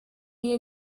you